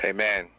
Amen